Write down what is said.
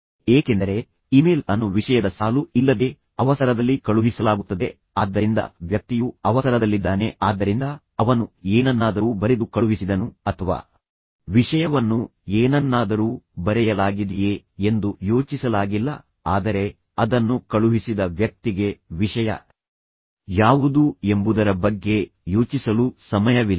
ಏಕೆಂದರೆ ಇಮೇಲ್ ಅನ್ನು ವಿಷಯದ ಸಾಲು ಇಲ್ಲದೆ ಅವಸರದಲ್ಲಿ ಕಳುಹಿಸಲಾಗುತ್ತದೆ ಆದ್ದರಿಂದ ವ್ಯಕ್ತಿಯು ಅವಸರದಲ್ಲಿದ್ದಾನೆ ಆದ್ದರಿಂದ ಅವನು ಏನನ್ನಾದರೂ ಬರೆದು ಕಳುಹಿಸಿದನು ಅಥವಾ ವಿಷಯವನ್ನು ಏನನ್ನಾದರೂ ಬರೆಯಲಾಗಿದಿಯೇ ಎಂದು ಯೋಚಿಸಲಾಗಿಲ್ಲ ಆದರೆ ಅದನ್ನು ಕಳುಹಿಸಿದ ವ್ಯಕ್ತಿಗೆ ವಿಷಯ ಯಾವುದು ಎಂಬುದರ ಬಗ್ಗೆ ಯೋಚಿಸಲು ಸಮಯವಿಲ್ಲ